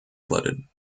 flooded